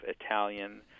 Italian